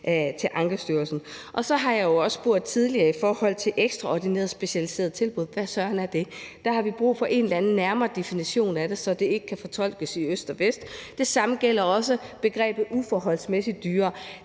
til Ankestyrelsen. Så har jeg jo også tidligere spurgt til ekstraordinære specialiserede tilbud: Hvad søren er det? Der har vi brug for en eller anden nærmere definition af det, så det ikke kan fortolkes i øst og vest. Det samme gælder begrebet uforholdsmæssig dyrere.